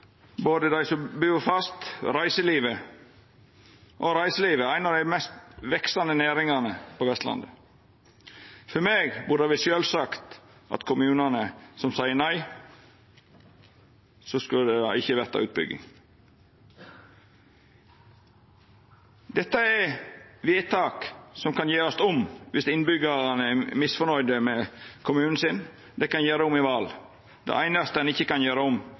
både dei som bur der fast, og reiselivet negativt, og reiselivet er ei av dei mest veksande næringane på Vestlandet. For meg burde det vera sjølvsagt at i kommunane som seier nei, skulle det ikkje verta utbygging. Dette er vedtak som kan gjerast om viss innbyggjarane er misnøgde med kommunen sin. Dei kan gjera det om i val. Det einaste ein ikkje kan gjera om,